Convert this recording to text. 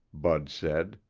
bud said.